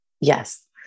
Yes